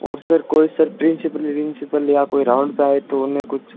और सर कोई sir principal विंसिपल या कोई राउन्ड पर आए तो उन्हें कुछ